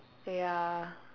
oh ya